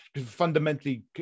fundamentally